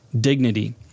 dignity